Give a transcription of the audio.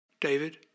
David